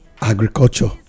agriculture